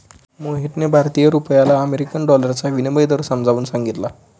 मोहितने भारतीय रुपयाला अमेरिकन डॉलरचा विनिमय दर समजावून सांगितला